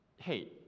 Hey